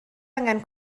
angen